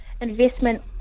investment